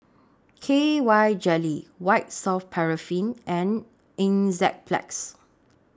K Y Jelly White Soft Paraffin and Enzyplex